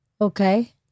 okay